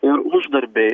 ir uždarbiai